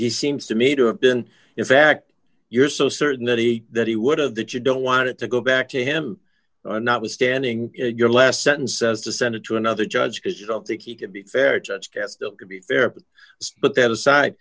he seems to me to have been in fact you're so certain that he that he would have that you don't want it to go back to him notwithstanding your last sentence says to send it to another judge because you don't think he could be fair judge castille to be fair but that aside